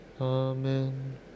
Amen